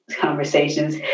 conversations